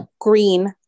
Green